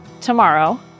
tomorrow